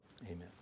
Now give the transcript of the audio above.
Amen